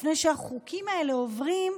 לפני שהחוקים האלה עוברים,